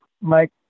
Mike